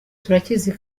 turakizi